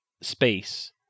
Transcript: space